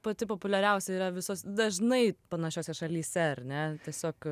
pati populiariausia yra visos dažnai panašiose šalyse ar ne tiesiog